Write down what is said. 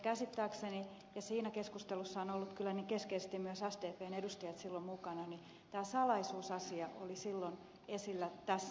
käsittääkseni ja siinä keskustelussa ovat olleet kyllä keskeisesti myös sdpn edustajat mukana tämä salaisuusasia oli silloin esillä tässä muodossa